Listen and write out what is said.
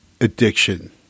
addiction